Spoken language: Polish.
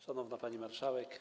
Szanowna Pani Marszałek!